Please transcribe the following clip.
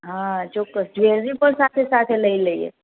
હા ચોક્કસ જો એ રિપોર્ટ પણ સાથે લઈ લઈએ